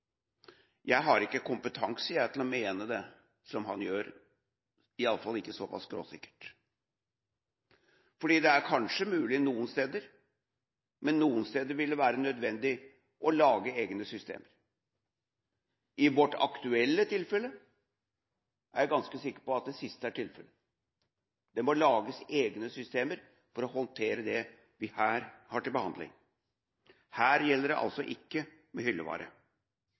Jeg har ikke kompetanse til å mene det han gjør, iallfall ikke såpass skråsikkert. For det er kanskje mulig noen steder, men andre steder vil det være nødvendig å lage egne systemer. I vårt aktuelle tilfelle er jeg ganske sikker på at det siste er tilfellet. Det må lages egne systemer for å håndtere det vi her har til behandling. Her gjelder det altså ikke hyllevare,